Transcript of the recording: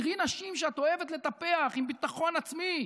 תראי נשים שאת אוהבת לטפח, עם ביטחון עצמי,